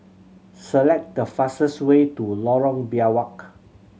select the fastest way to Lorong Biawak